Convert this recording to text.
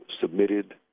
submitted